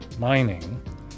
mining